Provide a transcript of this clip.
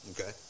okay